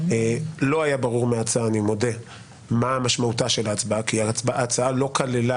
אני מודה שלא היה ברור מההצעה מה משמעותה של הצבעה כי ההצעה לא כללה